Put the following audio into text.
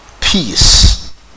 Peace